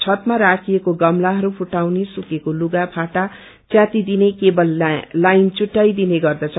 छतमा राखिएको गमतारू फुटाउने सुकाएको लुगाफाटा च्यातिदिने केवल लाइन चुट्राइरिने गर्दछन्